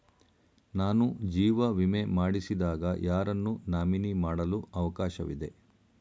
ನಾನು ಜೀವ ವಿಮೆ ಮಾಡಿಸಿದಾಗ ಯಾರನ್ನು ನಾಮಿನಿ ಮಾಡಲು ಅವಕಾಶವಿದೆ?